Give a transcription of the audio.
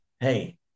Hey